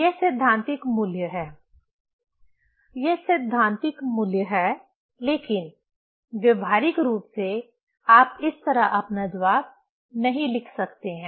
यह सैद्धांतिक मूल्य है यह सैद्धांतिक मूल्य है लेकिन व्यावहारिक रूप से आप इस तरह अपना जवाब नहीं लिख सकते हैं